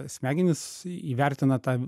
smegenys įvertina tą